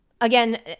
Again